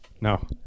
No